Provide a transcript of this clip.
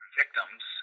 victims